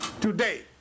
today